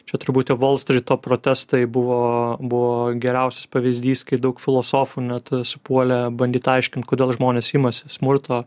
čia turbūt jau volstryto protestai buvo buvo geriausias pavyzdys kai daug filosofų net supuolę bandyt aiškint kodėl žmonės imasi smurto